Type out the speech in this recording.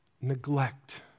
neglect